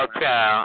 Okay